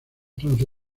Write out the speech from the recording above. francia